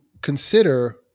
consider